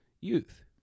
youth